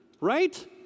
Right